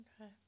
Okay